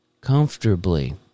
comfortably